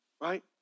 Right